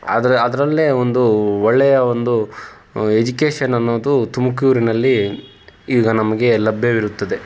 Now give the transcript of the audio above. ಆದರೆ ಅದ್ರಲ್ಲೆ ಒಂದು ಒಳ್ಳೆಯ ಒಂದು ಎಜುಕೇಷನ್ ಅನ್ನೋದು ತುಮಕೂರಿನಲ್ಲಿ ಈಗ ನಮಗೆ ಲಭ್ಯವಿರುತ್ತದೆ